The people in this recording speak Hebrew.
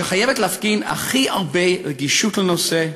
שחייבת להפגין הכי הרבה רגישות לנושא,